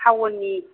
थावननि